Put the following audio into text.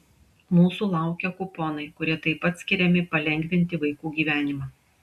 mūsų laukia kuponai kurie taip pat skiriami palengvinti vaikų gyvenimą